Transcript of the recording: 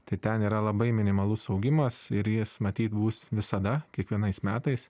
tai ten yra labai minimalus augimas ir jis matyt bus visada kiekvienais metais